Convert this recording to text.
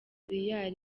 real